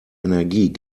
energie